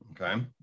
okay